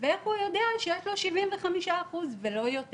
ואיך הוא יודע שיש לו 75% ולא יותר.